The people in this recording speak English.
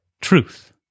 truth